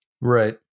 Right